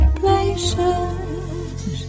places